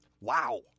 Wow